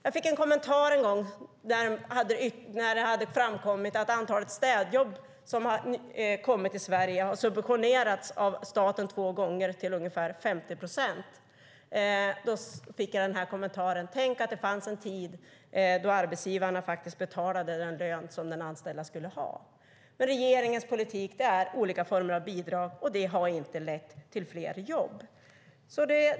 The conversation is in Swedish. Jag fick en kommentar en gång när det hade framkommit att antalet städjobb som har kommit i Sverige har subventionerats av staten två gånger till ungefär 50 procent. Den kommentaren var: Tänk att det fanns en tid när arbetsgivarna faktiskt betalade den lön som den anställda skulle ha! Regeringens politik är olika former av bidrag, och det har inte lett till fler jobb.